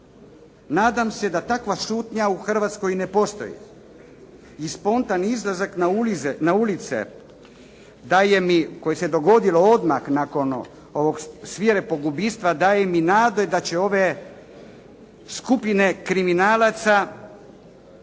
Nadam se da takva šutnja u Hrvatskoj ne postoji i spontani izlazak na ulice daje mi, koje se dogodilo odmah nakon ovog … /Govornik se ne razumije./ … daje mi nade da će ove skupine kriminalaca